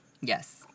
Yes